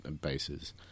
bases